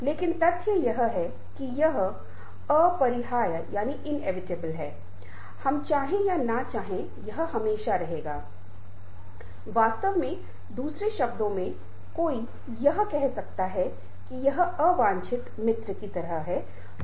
इसलिए आज हम जो पहला काम करने जा रहे हैं उस पर गौर करें कि हमने अब तक क्या अन्तर्गत कवर Covered किया है वे कौन से व्यापक क्षेत्र हैं जिन्हें हमने अन्तर्गत किया है और हमने उन्हें क्यों कवर किया है हमने जो किया है उसके महत्व को समझने के लिए एक तरह का पुनर्कथन है